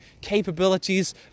capabilities